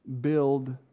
build